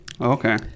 Okay